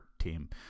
team